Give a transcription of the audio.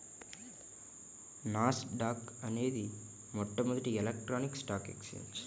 నాస్ dock అనేది మొట్టమొదటి electronic stock exchange